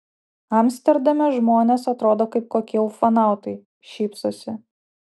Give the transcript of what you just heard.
amsterdame žmonės atrodo kaip kokie ufonautai šypsosi